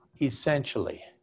essentially